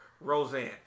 Roseanne